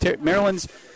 Maryland's